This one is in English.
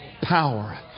power